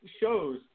shows